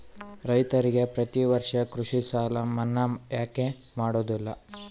ರೈತರಿಗೆ ಪ್ರತಿ ವರ್ಷ ಕೃಷಿ ಸಾಲ ಮನ್ನಾ ಯಾಕೆ ಮಾಡೋದಿಲ್ಲ?